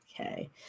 Okay